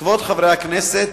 כבוד חברי הכנסת,